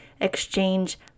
exchange